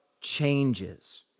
changes